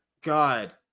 God